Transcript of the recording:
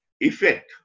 effect